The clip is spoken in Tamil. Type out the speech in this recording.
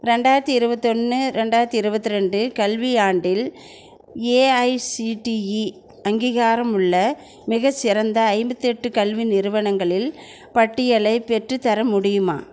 ரெண்டாயிரத்து இருபத்தொன்னு ரெண்டாயிரத்து இருபத்ரெண்டு கல்வியாண்டில் ஏஐசிடிஇ அங்கீகாரமுள்ள மிகச்சிறந்த ஐம்பத்தெட்டு கல்வி நிறுவனங்களில் பட்டியலை பெற்றுத்தர முடியுமா